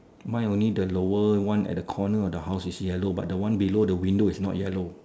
mine only the lower one at the corner of the house is yellow but the one below the window is not yellow